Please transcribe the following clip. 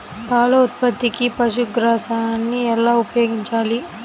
పాల ఉత్పత్తికి పశుగ్రాసాన్ని ఎలా ఉపయోగించాలి?